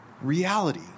reality